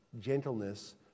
gentleness